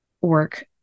work